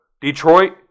Detroit